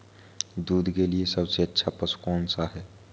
दूध के लिए सबसे अच्छा पशु कौनसा है?